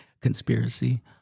conspiracy